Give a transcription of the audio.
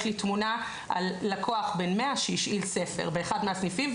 יש לי תמונה על לקוח בן מאה שהשאיל ספר באחד מהסניפים,